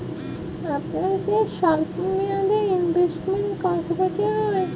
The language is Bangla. আপনাদের স্বল্পমেয়াদে ইনভেস্টমেন্ট কতো বছরের হয়?